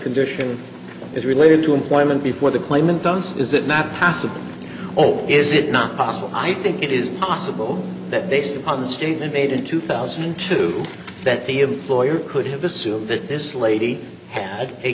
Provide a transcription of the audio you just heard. condition is related to employment before the claimant does is that not passive or is it not possible i think it is possible that based upon the statement made in two thousand and two that the employer could have assumed that this lady had a